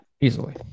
easily